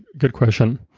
good question.